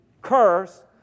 curse